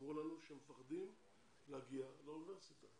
אמרו לנו שהם מפחדים להגיע לאוניברסיטה